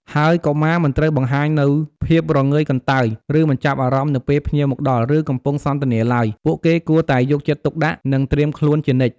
ហើយកុមារមិនត្រូវបង្ហាញនូវភាពព្រងើយកន្តើយ ឬមិនចាប់អារម្មណ៍នៅពេលភ្ញៀវមកដល់ ឬកំពុងសន្ទនាឡើយ ពួកគេគួរតែយកចិត្តទុកដាក់ និងត្រៀមខ្លួនជានិច្ច។